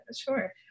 sure